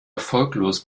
erfolglos